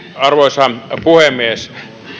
arvoisa puhemies